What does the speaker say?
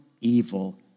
evil